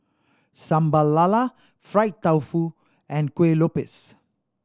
Sambal Lala fried tofu and Kueh Lopes